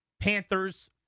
Panthers